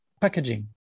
Packaging